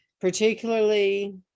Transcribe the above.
particularly